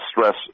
stress